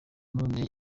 none